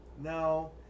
No